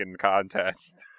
contest